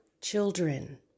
children